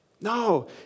No